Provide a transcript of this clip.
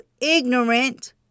ignorant